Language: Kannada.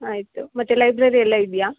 ಆಯಿತು ಮತ್ತೆ ಲೈಬ್ರರಿ ಎಲ್ಲ ಇದೆಯಾ